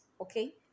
okay